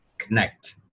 Connect